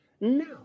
Now